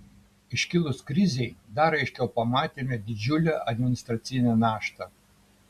iškilus krizei dar aiškiau pamatėme didžiulę administracinę naštą